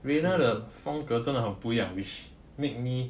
reina 的风格真的很不一样 which made me